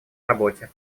работе